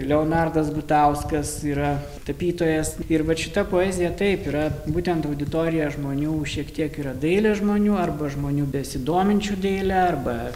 leonardas gutauskas yra tapytojas ir vat šita poezija taip yra būtent auditorija žmonių šiek tiek yra dailės žmonių arba žmonių besidominčių daile arba